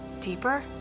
Deeper